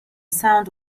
sound